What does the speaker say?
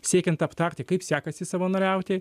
siekiant aptarti kaip sekasi savanoriauti